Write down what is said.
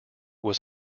was